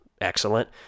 excellent